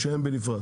או שהם בנפרד?